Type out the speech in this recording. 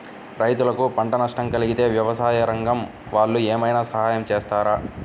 రైతులకు పంట నష్టం కలిగితే వ్యవసాయ రంగం వాళ్ళు ఏమైనా సహాయం చేస్తారా?